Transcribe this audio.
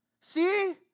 See